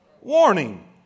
Warning